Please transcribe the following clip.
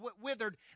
withered